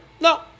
No